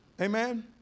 Amen